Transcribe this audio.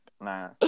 nah